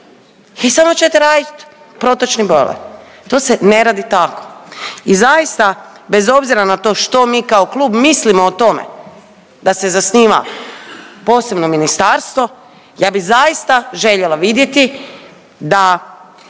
Vi samo ćete radit protočni bojler. To se ne radi tako. I zaista, bez obzira na to što mi kao klub mislimo o tome da se zasniva posebno ministarstvo, ja bi zaista željela vidjeti da